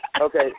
Okay